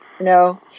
No